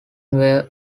where